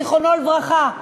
זיכרונו לברכה,